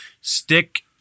stick